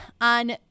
on